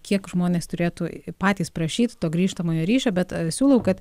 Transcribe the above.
kiek žmonės turėtų patys prašyt to grįžtamojo ryšio bet aš siūlau kad